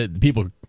people